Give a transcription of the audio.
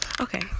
Okay